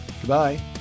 Goodbye